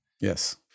Yes